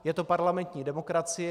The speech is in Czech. Je to parlamentní demokracie.